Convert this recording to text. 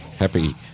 Happy